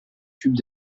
tubes